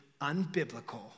unbiblical